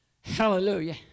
Hallelujah